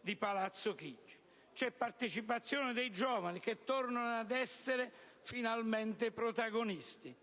di Palazzo Chigi. C'è partecipazione dei giovani, che tornano ad essere finalmente protagonisti.